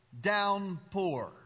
Downpour